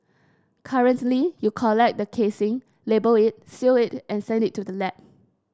currently you collect the casing label it seal it and send it to the lab